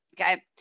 Okay